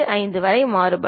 75 வரை மாறுபடும்